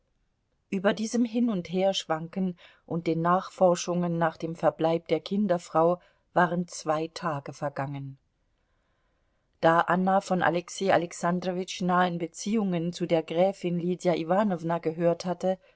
über diesem hin und herschwanken und den nachforschungen nach dem verbleib der kinderfrau waren zwei tage vergangen da anna von alexei alexandrowitschs nahen beziehungen zu der gräfin lydia iwanowna gehört hatte